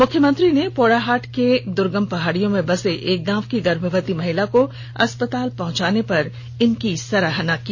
मुख्यमंत्री ने पोड़याहाट के दुर्गम पहाड़ियों में बसे एक गांव की गर्भवती महिला को अस्पताल पहँचाने पर इनकी सराहना की